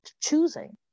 choosing